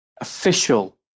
official